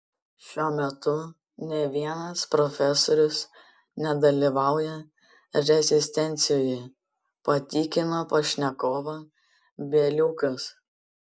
šiuo metu nė vienas profesorius nedalyvauja rezistencijoje patikino pašnekovą bieliukas